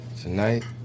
tonight